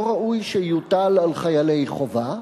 לא ראוי שיוטל על חיילי חובה,